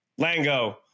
Lango